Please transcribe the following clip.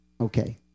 Okay